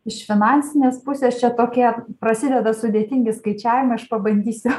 iš finansinės pusės čia tokia prasideda sudėtingi skaičiavimai aš pabandysiu